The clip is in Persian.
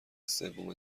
سوم